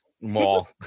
mall